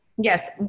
Yes